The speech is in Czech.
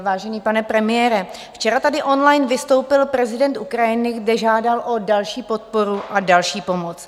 Vážený pane premiére, včera tady online vystoupil prezident Ukrajiny, kde žádal o další podporu a další pomoc.